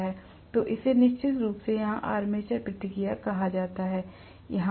तो इसे निश्चित रूप से यहाँ आर्मेचर प्रतिक्रिया कहा जाता है